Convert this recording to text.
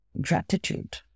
gratitude